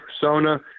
persona